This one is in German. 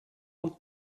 und